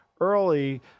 early